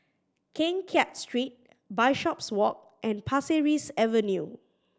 Keng Kiat Street Bishopswalk and Pasir Ris Avenue